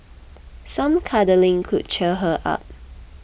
some cuddling could cheer her up